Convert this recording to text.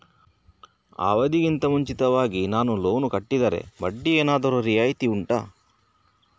ಅವಧಿ ಗಿಂತ ಮುಂಚಿತವಾಗಿ ನಾನು ಲೋನ್ ಕಟ್ಟಿದರೆ ಬಡ್ಡಿ ಏನಾದರೂ ರಿಯಾಯಿತಿ ಉಂಟಾ